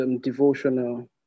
devotional